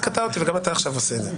הוא קטע אותי וגם אתה עכשיו עושה את זה.